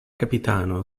kapitano